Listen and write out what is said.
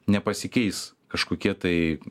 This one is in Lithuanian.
nepasikeis kažkokie tai